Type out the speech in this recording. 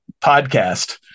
podcast